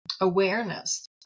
awareness